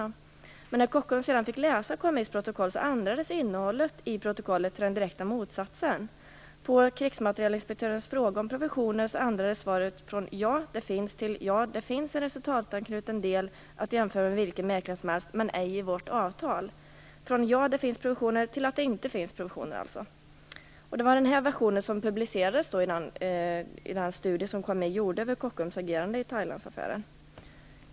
Men när representanter för Kockums sedan fick läsa KMI:s protokoll ändrades innehållet i protokollet till den direkta motsatsen. På krigsmaterielinspektörens fråga om provisionen ändrades svaret från "ja, det finns" till "ja, det finns en resultatanknuten del, att jämföra med vilken mäklare som helst, men ej i vårt avtal". Det gjordes alltså en ändring från "ja, det finns provision" till "det finns inte provision". Det var den senare versionen som publicerades i den studie som KMI gjorde av Kockums agerande i Thailandsaffären.